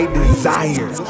desire